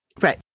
right